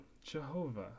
Jehovah